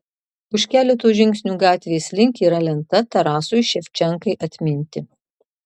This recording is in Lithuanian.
už keleto žingsnių gatvės link yra lenta tarasui ševčenkai atminti